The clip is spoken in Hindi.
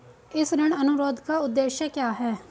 इस ऋण अनुरोध का उद्देश्य क्या है?